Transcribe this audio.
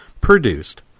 produced